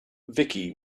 vicky